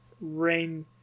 Rain